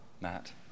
Matt